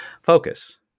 focus